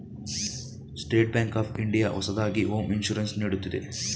state Bank of India ಹೊಸದಾಗಿ home insurance ನೀಡುತ್ತಿದೆ